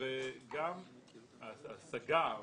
וגם ההשגה,